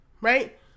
right